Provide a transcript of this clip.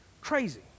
Crazy